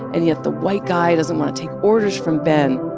and yet, the white guy doesn't want to take orders from ben